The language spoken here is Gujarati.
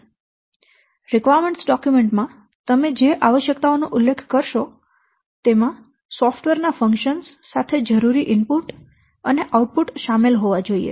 આવશ્યકતાઓ દસ્તાવેજો માં તમે જે આવશ્યકતાઓનો ઉલ્લેખ કરશો તેમાં સોફટવેર ના ફંકશન્સ સાથે જરૂરી ઇનપુટ અને આઉટપુટ શામેલ હોવા જોઈએ